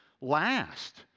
last